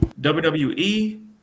WWE